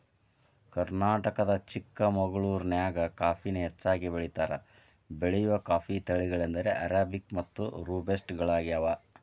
ಕರ್ನಾಟಕದ ಚಿಕ್ಕಮಗಳೂರಿನ್ಯಾಗ ಕಾಫಿನ ಹೆಚ್ಚಾಗಿ ಬೆಳೇತಾರ, ಬೆಳೆಯುವ ಕಾಫಿಯ ತಳಿಗಳೆಂದರೆ ಅರೇಬಿಕ್ ಮತ್ತು ರೋಬಸ್ಟ ಗಳಗ್ಯಾವ